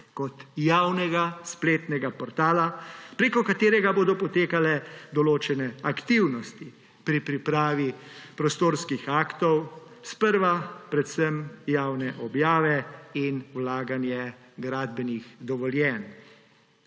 kot javnega spletnega portala, prek katerega bodo potekale določene aktivnosti pri pripravi prostorskih aktov, sprva predvsem javne objave in vlaganje gradbenih dovoljenj.